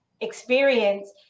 experience